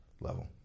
level